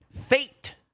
Fate